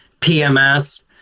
PMS